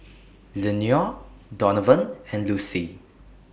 Lenore Donavan and Lucy